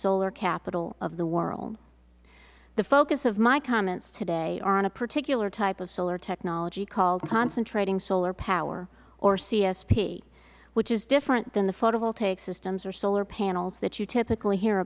solar capital of the world the focus of my comments today are on a particular type of solar technology called concentrating solar power or csp which is different than the photovoltaic systems or solar panels that you typically he